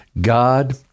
God